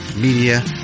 Media